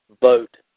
vote